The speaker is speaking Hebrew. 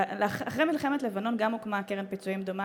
אחרי מלחמת לבנון הוקמה קרן פיצויים דומה,